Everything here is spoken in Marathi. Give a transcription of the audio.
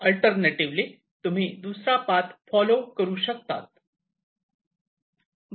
अल्टरनेटिव्हली तुम्ही दुसरा पाथ फॉलो करू शकता